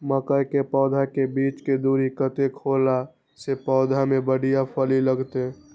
मके के पौधा के बीच के दूरी कतेक होला से पौधा में बढ़िया फली लगते?